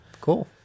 Cool